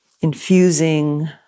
infusing